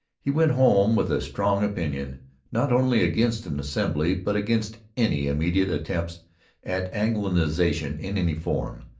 he went home with a strong opinion not only against an assembly but against any immediate attempts at anglicization in any form.